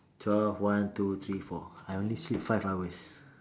twelve one two three four I only sleep five hours